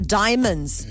diamonds